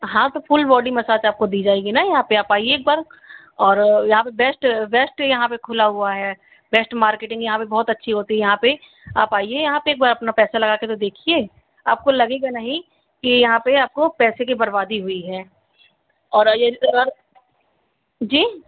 हाँ तो full body massage आपको दी जाएगी न यहाँ पर आप आइए एक बार और यहाँ पर बेस्ट बेस्ट यहाँ पर खुला हुआ है बेस्ट मार्केटिंग यहाँ पर बहुत अच्छी होती है यहाँ पर आप आइए यहाँ पर एक बार अपना पैसा लगाकर तो देखिए आपको लगेगा नहीं कि यहाँ पर आपके पैसे की बर्बादी हुई है जी